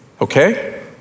Okay